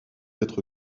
être